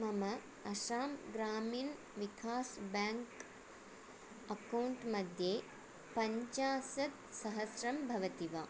मम Assam Gramin Vikash bank account मध्ये पञ्चाशत् सहस्रं भवति वा